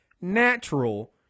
natural